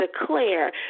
declare